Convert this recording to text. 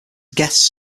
guests